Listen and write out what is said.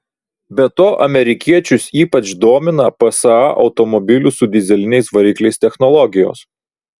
be to amerikiečius ypač domina psa automobilių su dyzeliniais varikliais technologijos